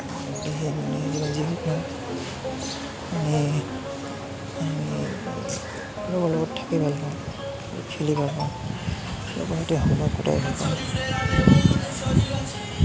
লগৰ লগত থাকি ভাল পাওঁ খেলি ভাল পাওঁ লগৰ সৈতে সময় কটাই ভাল পাওঁ